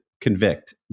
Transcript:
convict